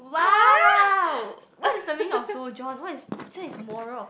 !huh! what is the meaning of sojourn what is this one is moral of